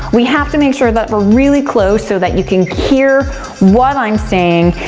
we have to make sure that we're really close so that you can hear what i'm saying.